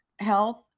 health